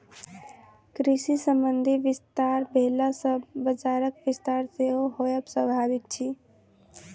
कृषि संबंधी विस्तार भेला सॅ बजारक विस्तार सेहो होयब स्वाभाविक अछि